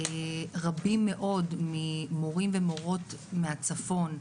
רבים מאוד ממורים ומורות מהצפון,